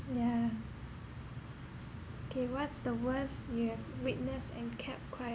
yeah K what's the worst you have witnessed and kept quiet